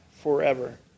forever